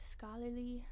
Scholarly